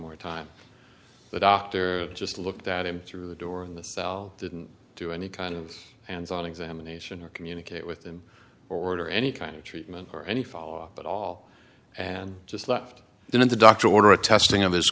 more time the doctor just looked at him through the door in the cell didn't do any kind of hands on examination or communicate with him or order any kind of treatment or any follow up at all and just left and the doctor order a testing of his